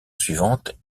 suivante